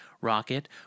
rocket